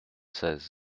seize